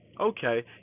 Okay